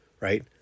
right